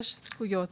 יש זכויות